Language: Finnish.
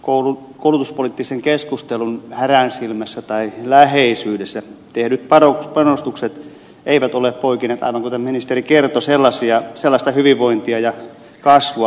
oulun kunnallispoliittisen keskustelun häränsilmässä tai läheisyydessä tehdyt panostukset eivät ole poikineet aivan kuten ministeri kertoi sellaista hyvinvointia ja kasvua kuin on odotettu